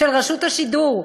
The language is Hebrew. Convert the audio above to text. של רשות השידור,